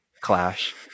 clash